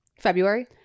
February